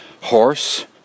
horse